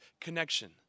connection